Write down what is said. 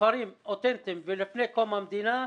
כפרים אוטנטיים מלפני קום המדינה,